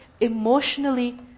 emotionally